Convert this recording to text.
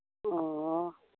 ꯑꯣ